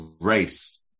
race